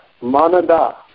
manada